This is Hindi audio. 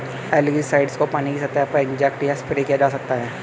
एलगीसाइड्स को पानी की सतह पर इंजेक्ट या स्प्रे किया जा सकता है